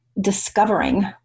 discovering